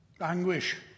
anguish